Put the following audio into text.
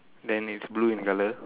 then it's blue in colour